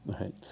Right